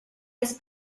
his